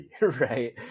Right